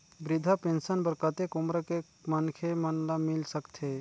वृद्धा पेंशन बर कतेक उम्र के मनखे मन ल मिल सकथे?